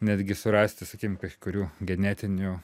netgi surasti sakykim kai kurių genetinių